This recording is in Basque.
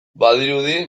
badirudi